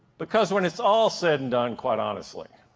because when it's all said and done, quite honestly,